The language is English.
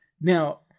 Now